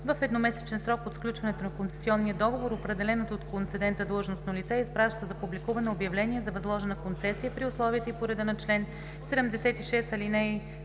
В едномесечен срок от сключването на концесионния договор определеното от концедента длъжностно лице изпраща за публикуване обявление за възложена концесия при условията и по реда на чл. 76,